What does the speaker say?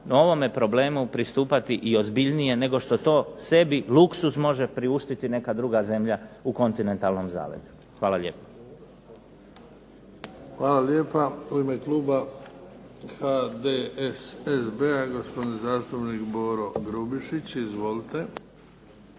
ovome problemu pristupati i ozbiljnije nego što to sebi luksuz može priuštiti neka druga zemlja u kontinentalnom zaleđu. Hvala lijepo. **Bebić, Luka (HDZ)** Hvala lijepa. U ime kluba HDSSB-a gospodin zastupnik Boro Grubišić. Izvolite.